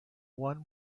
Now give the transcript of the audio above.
one